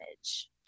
image